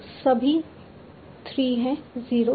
तो सभी 3 हैं 0